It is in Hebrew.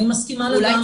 אני מסכימה לגמרי.